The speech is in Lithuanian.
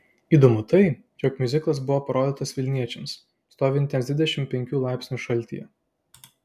įdomu tai jog miuziklas buvo parodytas vilniečiams stovintiems dvidešimt penkių laipsnių šaltyje